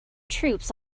troops